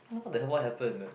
what the hell what happened